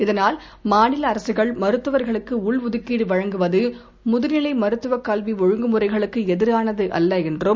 இதனால் மாநில அரசுகள் மருத்துவர்களுக்கு உள்ஒதுக்கீடு வழங்குவது முதுநிலை மருத்துவ கல்வி ஒழுங்குமுறைகளுக்கு எதிரானது அல்ல என்றும்